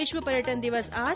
विश्व पर्यटन दिवस आज